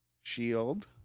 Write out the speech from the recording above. Shield